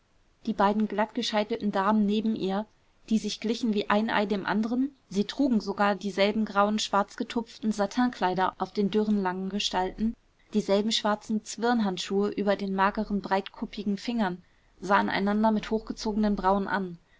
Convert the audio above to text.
die beiden glattgescheitelten damen neben ihr die sich glichen wie ein ei dem anderen sie trugen sogar dieselben grauen schwarz getupften satinkleider auf den dürren langen gestalten dieselben schwarzen zwirnhandschuhe über den mageren breitkuppigen fingern sahen einander mit hochgezogenen brauen an